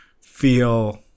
feel